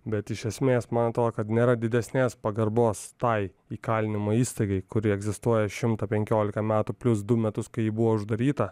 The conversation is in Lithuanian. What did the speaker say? bet iš esmės man atrodo kad nėra didesnės pagarbos tai įkalinimo įstaigai kuri egzistuoja šimtą penkiolika metų plius du metus kai ji buvo uždaryta